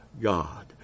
God